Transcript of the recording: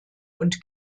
und